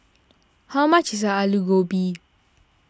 how much is Aloo Gobi